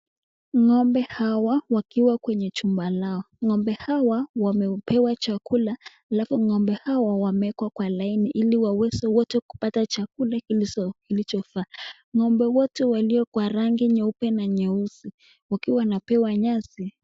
Ngombe hawa wakiwa kwenye chumba lao, ngombe hawa wamepewa chakula alafu ngombe hao wamewekwa kwa laini ili waweze wote kupata chakula ilichofaa, ngombe wote walio kwa rangi nyeupe na nyeusi wakiwa wanapewa nyasi.